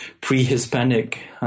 pre-Hispanic